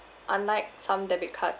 unlike some debit cards